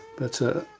but,